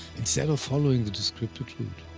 instead of following the descripted route.